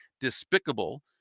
despicable